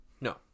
no